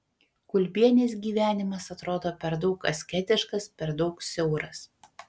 kulbienės gyvenimas atrodo per daug asketiškas per daug siauras